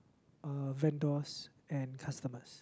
uh vendors and customers